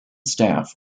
staff